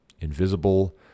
invisible